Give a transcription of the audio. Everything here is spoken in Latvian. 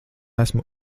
esmu